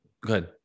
good